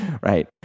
Right